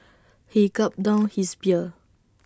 he gulped down his beer